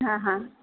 હા હા